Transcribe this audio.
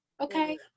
okay